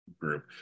group